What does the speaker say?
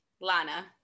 Lana